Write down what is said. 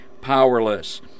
powerless